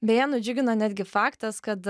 beje nudžiugino netgi faktas kad